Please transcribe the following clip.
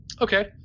Okay